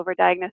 overdiagnosis